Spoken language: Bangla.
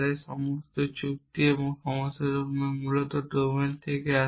এবং সমস্ত চুক্তি এবং সমস্ত মানগুলি মূলত ডোমিন থেকে আসে